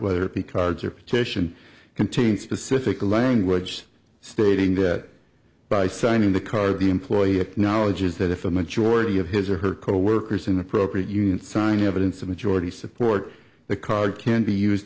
whether it be cards or petition containing specific language stating that by signing the card the employee acknowledges that if a majority of his or her coworkers inappropriate union sign evidence of majority support the card can be used